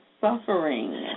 suffering